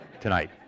tonight